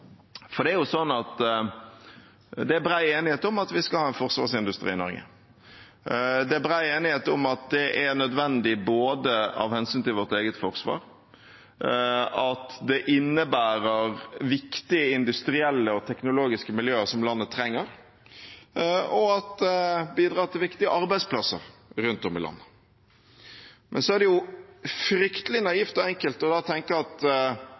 Det er bred enighet om at vi skal ha en forsvarsindustri i Norge, det er bred enighet om at det er nødvendig både av hensyn til vårt eget forsvar, til at det innebærer viktige industrielle og teknologiske miljøer som landet trenger, og til at det bidrar til viktige arbeidsplasser rundt om i landet. Men da er det også fryktelig naivt av enkelte å tenke at